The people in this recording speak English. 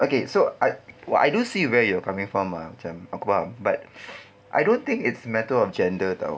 okay so I what I don't see where you're coming from ah macam aku faham but I don't think it's matter of gender [tau]